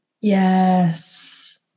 Yes